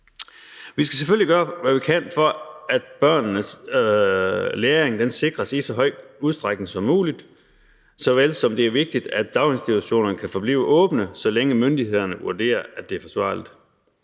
Vi skal selvfølgelig gøre, hvad vi kan, for at børnenes læring sikres i så stor udstrækning som muligt, lige så vel som det er vigtigt, at daginstitutionerne kan forblive åbne, så længe myndighederne vurderer, at det er forsvarligt.